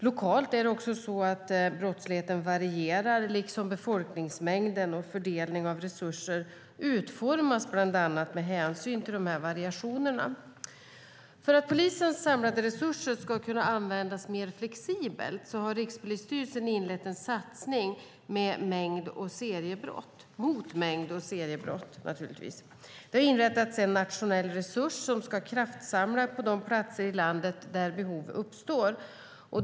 Lokalt varierar brottsligheten liksom befolkningsmängden. Fördelning av resurser utformas bland annat med hänsyn till de variationerna. För att polisens samlade resurser ska kunna användas mer flexibelt har Rikspolisstyrelsen inlett en satsning mot mängd och seriebrott. Det har inrättats en nationell resurs som ska kraftsamla på de platser i landet där behov uppstår.